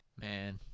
Man